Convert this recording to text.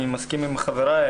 אני מסכים עם חבריי.